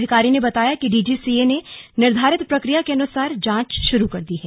अधिकारी ने बताया कि डीजीसीए ने निर्धारित प्रक्रिया के अनुसार जांच शुरू कर दी है